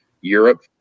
Europe